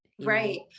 Right